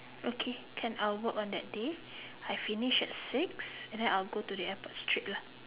okay can I will work on that day I finish at six and then I'll go to the airport straight lah